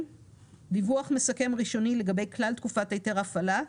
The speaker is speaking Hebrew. דיווח מסכם ראשוני לגבי כלל תקופת היתר ההפעלה,